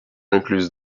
incluse